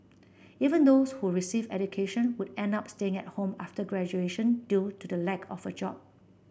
even those who received education would end up staying at home after graduation due to the lack of a job